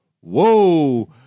Whoa